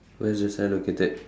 where's the sign located